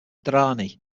durrani